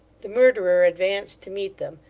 the murderer advanced to meet them,